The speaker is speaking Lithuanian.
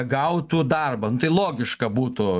gautų darbą nu tai logiška būtų